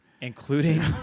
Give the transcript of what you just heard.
Including